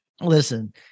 listen